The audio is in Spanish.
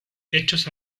hechos